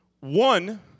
One